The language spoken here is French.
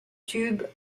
tube